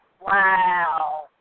wow